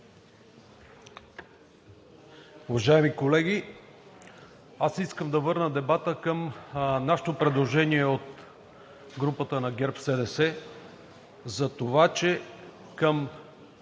Уважаеми колеги, искам да върна дебата към нашето предложение от групата на ГЕРБ-СДС за това към